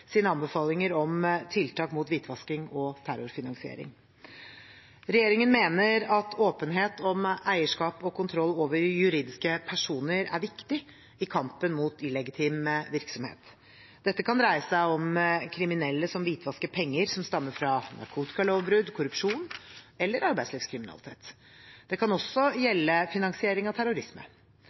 sine anbefalinger om tiltak mot hvitvasking og terrorfinansiering. Regjeringen mener at åpenhet om eierskap og kontroll over juridiske personer er viktig i kampen mot illegitim virksomhet. Dette kan dreie seg om kriminelle som hvitvasker penger som stammer fra narkotikalovbrudd, korrupsjon eller arbeidslivskriminalitet. Det kan også gjelde finansiering av terrorisme.